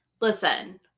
listen